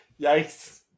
Yikes